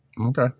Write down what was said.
Okay